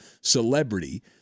celebrity